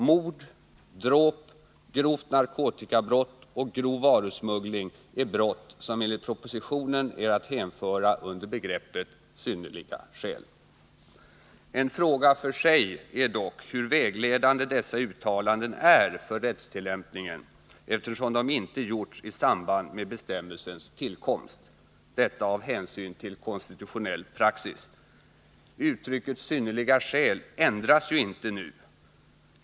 Mord, dråp, grovt narkotikabrott och grov varusmuggling är brott som enligt propositionen är att hänföra under begreppet synnerliga skäl. En fråga för sig är dock hur vägledande dessa uttalanden är för rättstillämpningen, eftersom de inte gjorts i samband med bestämmelsens tillkomst — detta av hänsyn till konstitutionell praxis. Uttrycket synnerliga skäl ändras ju inte nu.